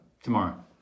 Tomorrow